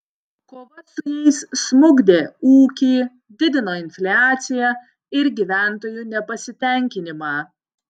kova su jais smukdė ūkį didino infliaciją ir gyventojų nepasitenkinimą